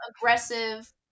aggressive